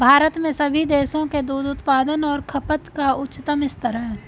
भारत में सभी देशों के दूध उत्पादन और खपत का उच्चतम स्तर है